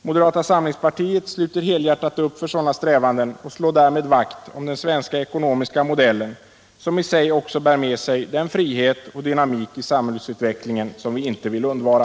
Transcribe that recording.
Moderata samlingspartiet sluter helhjärtat upp för sådana strävanden och slår därmed vakt om den svenska ekonomiska modellen, som i sig också bär med sig den frihet och dynamik i samhällsutvecklingen som vi inte vill undvara.